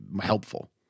helpful